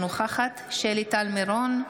אינה נוכחת שלי טל מירון,